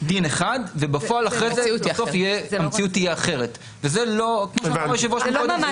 דין אחד ובפועל אחרי זה המציאות תהיה אחרת וזה כמו שאמר היושב ראש קודם,